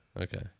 okay